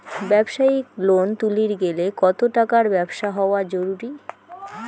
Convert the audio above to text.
ব্যবসায়িক লোন তুলির গেলে কতো টাকার ব্যবসা হওয়া জরুরি?